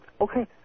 Okay